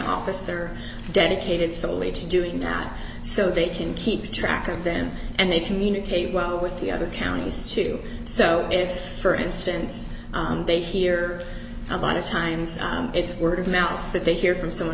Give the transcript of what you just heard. officer dedicated solely to doing now so they can keep track of them and they communicate well with the other counties too so if for instance they hear a lot of times it's word of mouth that they hear from someone